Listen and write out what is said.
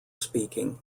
speaking